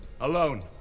alone